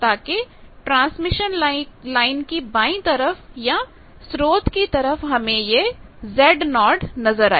ताकि transmission line की बाई तरफ या स्रोत की तरह हमें ये Z0 नजर आए